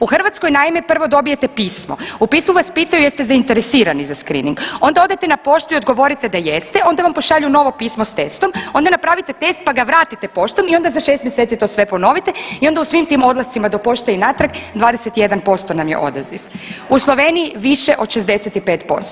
U Hrvatskoj naime prvo dobijete pismo, u pismu vas pitaju jeste li zainteresirani za screening, onda odete na poštu i odgovorite da jeste, onda vam pošalju novo pismo s testom, onda napravite test, pa ga vratite poštom i onda za 6. mjeseci to sve ponovite i onda u svim ti odlascima do pošte i natrag 21% nam je odaziv, u Sloveniji više od 65%